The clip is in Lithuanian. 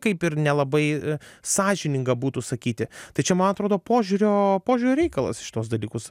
kaip ir nelabai sąžininga būtų sakyti tai čia man atrodo požiūrio požiūrio reikalas į šituos dalykus